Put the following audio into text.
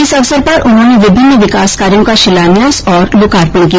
इस अवसर पर उन्होंने विभिन्न विकास कार्यों का शिलान्यास और लोकार्पण किया